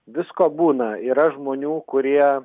visko būna yra žmonių kurie